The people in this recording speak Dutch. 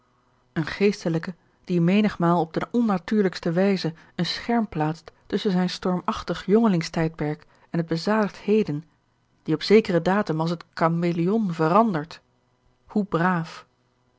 een geestelijke die menigmaal op de onnatuurlijkste wijze een scherm plaatst tusschen zijn stormachtig jongelings tijdperk en het bezadigd heden die op zekeren datum als het kameleon verandert hoe braaf